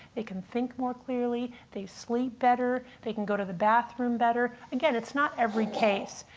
they can think more clearly. they sleep better. they can go to the bathroom better. again, it's not every case.